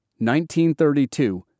1932